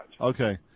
Okay